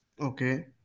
Okay